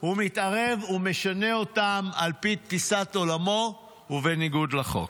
הוא מתערב ומשנה אותן על פי תפיסת עולמו ובניגוד לחוק.